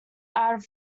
out